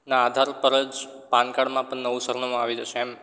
ના આધાર પર જ પાનકાર્ડમાં પણ નવું સરનામું આવી જશે એમ